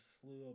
flew